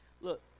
look